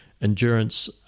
endurance